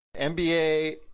NBA